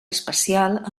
especial